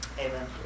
Amen